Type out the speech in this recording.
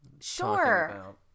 Sure